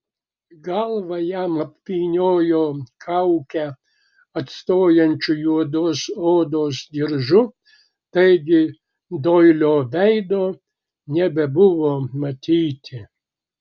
galvą jam apvyniojo kaukę atstojančiu juodos odos diržu taigi doilio veido nebebuvo matyti